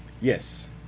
Yes